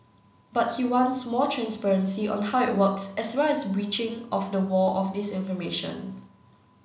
but he wants more transparency on how it works as well as a breaching of the wall of disinformation